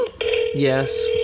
Yes